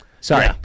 Sorry